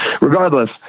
Regardless